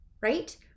right